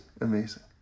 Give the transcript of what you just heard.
amazing